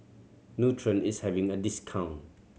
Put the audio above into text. nutren is having a discount